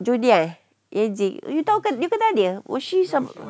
junior eh yuan ching you tahu you kenal dia was she some